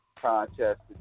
contest